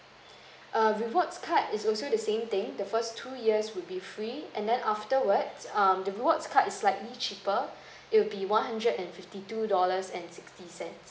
err rewards card is also the same thing the first two years will be free and then afterwards um the rewards card is slightly cheaper it will be one hundred and fifty two dollars and sixty cents